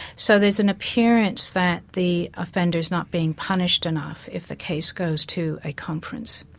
so there's an appearance that the offender's not being punished enough if the case goes to a conference.